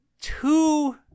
two